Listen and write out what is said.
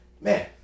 Man